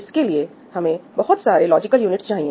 इसके लिए हमें बहुत सारे लॉजिकल यूनिटस चाहिए